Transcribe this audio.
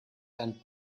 ein